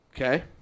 Okay